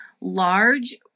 large